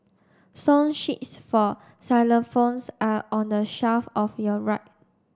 song sheets for xylophones are on the shelf of your right